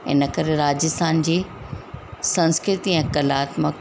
इन करे राजस्थान जी संस्कृती ऐं कलात्मक